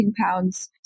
pounds